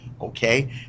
Okay